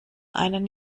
einen